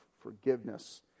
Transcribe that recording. forgiveness